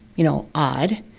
you know, odd.